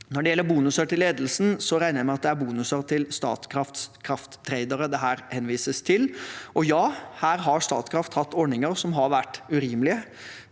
Når det gjelder bonuser til ledelsen, regner jeg med at det er bonuser til Statkrafts krafttradere det her henvises til. Her har Statkraft hatt ordninger som har vært urimelige,